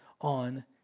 on